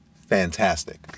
fantastic